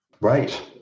Right